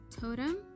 totem